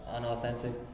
Unauthentic